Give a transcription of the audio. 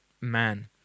man